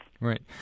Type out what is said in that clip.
Right